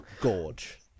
gorge